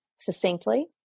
succinctly